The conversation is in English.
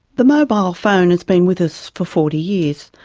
the mobile phone has been with us for forty years,